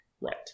right